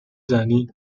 زنی